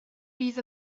bydd